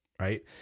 Right